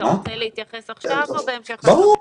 אתה רוצה להתייחס עכשיו או בהמשך לדברים?